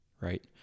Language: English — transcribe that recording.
right